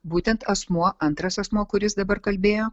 būtent asmuo antras asmuo kuris dabar kalbėjo